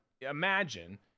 imagine